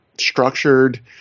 structured